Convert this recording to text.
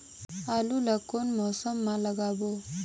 आलू ला कोन मौसम मा लगाबो?